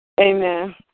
Amen